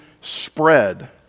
spread